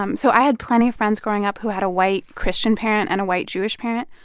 um so i had plenty of friends growing up who had a white christian parent and a white jewish parent,